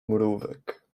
mrówek